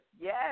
Yes